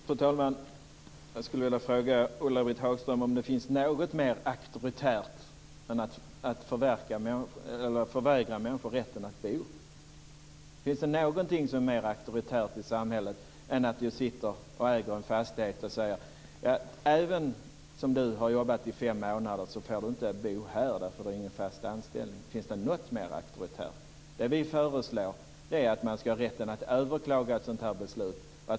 Fru talman! Jag skulle vilja fråga Ulla-Britt Hagström om det finns något mer auktoritärt än att förvägra människor rätten att bo, om det finns någonting som är mer auktoritärt i samhället än att en fastighetsägare säger till en bostadssökande: Även om du har jobbat i fem månader får du inte bo här eftersom du inte har fast anställning. Finns det något mera auktoritärt? Vi föreslår att man ska ha rätt att överklaga ett sådant beslut.